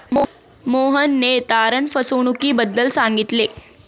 मोहनने तारण फसवणुकीबद्दल सांगितले